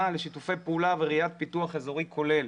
לשיתופי פעולה וראיית פיתוח אזורי כולל.